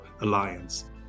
alliance